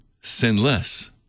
sinless